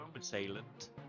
assailant